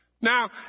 Now